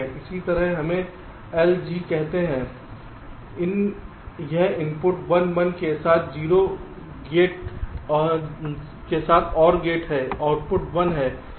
इसी तरह हमें L G करते हैं यह इनपुट 1 1 के साथ एक OR गेट है आउटपुट 1 है